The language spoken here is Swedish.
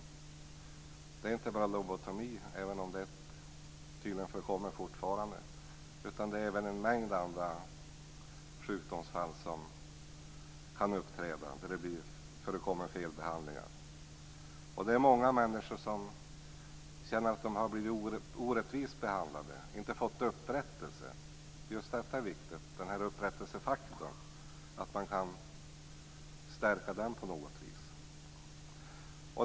Det gäller inte bara lobotomi, även om det tydligen förekommer fortfarande, utan det kan uppträda en mängd andra sjukdomsfall där det förekommer felbehandlingar. Många människor känner att de har blivit orättvist behandlade, inte fått upprättelse. Just den här upprättelsefaktorn är det viktigt att man kan stärka på något vis.